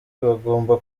bagomba